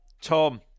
Tom